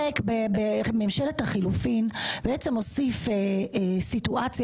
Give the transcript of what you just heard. הפרק בממשלת החילופין בעצם הוסיף סיטואציה